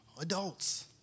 Adults